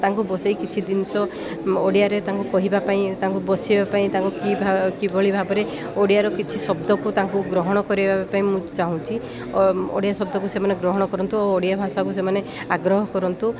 ତାଙ୍କୁ ବସାଇ କିଛି ଜିନିଷ ଓଡ଼ିଆରେ ତାଙ୍କୁ କହିବା ପାଇଁ ତାଙ୍କୁ ବସିବା ପାଇଁ ତାଙ୍କୁ କି ଭା କିଭଳି ଭାବରେ ଓଡ଼ିଆର କିଛି ଶବ୍ଦକୁ ତାଙ୍କୁ ଗ୍ରହଣ କରିବା ପାଇଁ ମୁଁ ଚାହୁଁଛି ଓ ଓଡ଼ିଆ ଶବ୍ଦକୁ ସେମାନେ ଗ୍ରହଣ କରନ୍ତୁ ଓ ଓଡ଼ିଆ ଭାଷାକୁ ସେମାନେ ଆଗ୍ରହ କରନ୍ତୁ